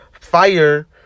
fire